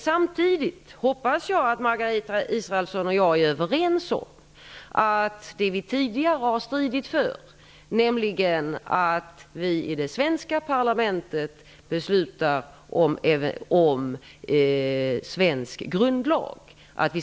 Samtidigt hoppas jag att Margareta Israelsson och jag är överens om att vi skall hålla fast vid det som vi tidigare har stridit för, nämligen att vi i det svenska parlamentet beslutar om svensk grundlag.